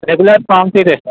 regular sir